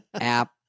app